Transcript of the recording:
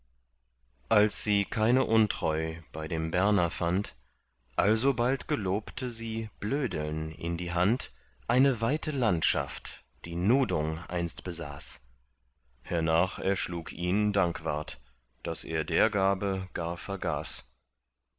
als sie keine untreu bei dem berner fand alsobald gelobte sie blödeln in die hand eine weite landschaft die nudung einst besaß hernach erschlug ihn dankwart daß er der gabe gar vergaß